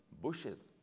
bushes